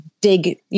dig